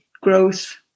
growth